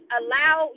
allow